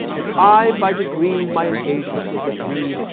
and i, by degrees, my engagements with miss read,